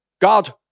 God